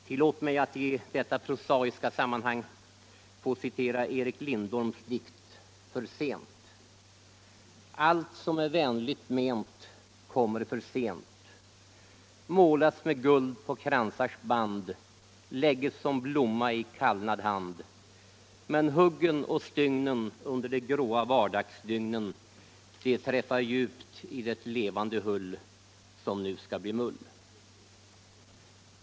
Tillåt mig att i detta prosaiska sammanhang få citera Erik Lindorms dikt För sent: Allt som är vänligt ment kommer för sent Men huggen och stygnen under de gråa vardagsdygnen De träffa djupt i det levande hull Som nu skall bli mull.